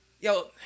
yo